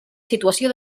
situació